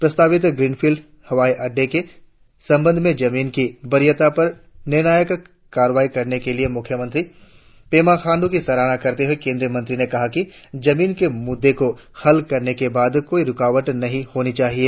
प्रस्तावित ग्रीनफील्ड हवाई अड़डे के संबंध में जमीन की वरीयता पर निर्णायक कार्रवाई करने के लिए मुख्यमंत्री पेमा खाण्डू की सराहना करते हुए केंद्रीय मंत्री ने कहा कि जमीन के मूद्दे को हल करने के बाद कोई रुकावट नही होनी चाहिए